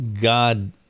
God